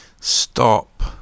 Stop